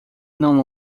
não